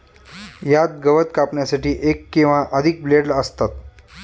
यात गवत कापण्यासाठी एक किंवा अधिक ब्लेड असतात